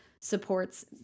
supports